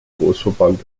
großverband